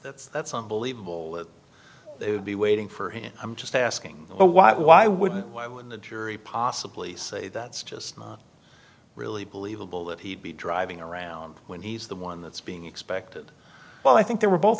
that's that's unbelievable they would be waiting for him i'm just asking why why would why would the jury possibly say that's just i really believe a bill that he'd be driving around when he's the one that's being expected well i think they were both